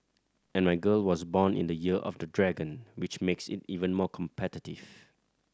and my girl was born in the Year of the Dragon which makes it even more competitive